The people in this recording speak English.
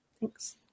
Thanks